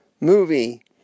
movie